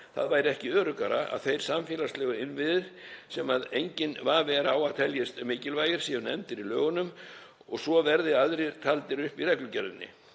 það væri ekki öruggara að þeir samfélagslegu innviðir sem enginn vafi er á að teljist mikilvægir séu nefndir í lögunum og svo verði aðrir taldir upp í reglugerðinni.